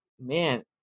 man